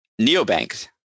neobanks